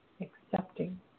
accepting